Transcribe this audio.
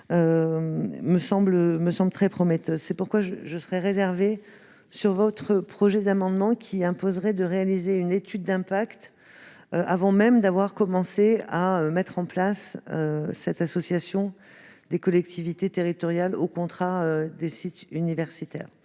me semble très prometteur. En revanche, je suis réservée sur votre amendement, dont l'adoption imposerait de réaliser une étude d'impact avant même d'avoir commencé à mettre en place l'association des collectivités territoriales aux contrats des sites universitaires.